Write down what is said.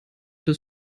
des